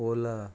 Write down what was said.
ola